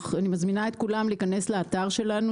אני מזמינה את כולם להיכנס לאתר שלנו,